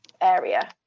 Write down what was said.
area